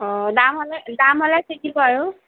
অঁ দাম হ'লে দাম হ'লে আৰু